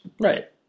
Right